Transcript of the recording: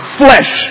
flesh